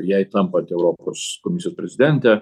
jai tampant europos komisijos prezidente